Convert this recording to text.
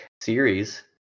series